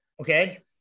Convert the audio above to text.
okay